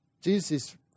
Jesus